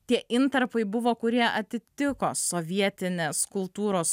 tie intarpai buvo kurie atitiko sovietinės kultūros